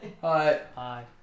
Hi